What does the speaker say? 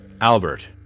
Albert